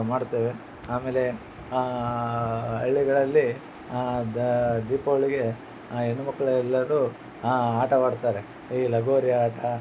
ಮಾಡುತ್ತೇವೆ ಆಮೇಲೆ ಹಳ್ಳಿಗಳಲ್ಲಿ ದೀಪಾವಳಿಗೆ ಆ ಹೆಣ್ಮಕ್ಳ್ ಎಲ್ಲರು ಆಟವಾಡುತ್ತಾರೆ ಈ ಲಗೋರಿ ಆಟ